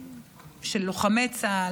של לוחמי צה"ל,